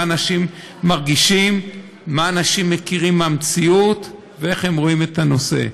מה אנשים מרגישים ומה אנשים מכירים מהמציאות ואיך הם רואים את הנושא.